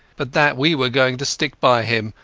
but that we were going to stick by him,